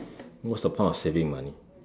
what's the point of saving money